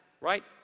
right